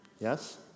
Yes